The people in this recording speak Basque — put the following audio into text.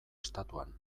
estatuan